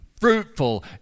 fruitful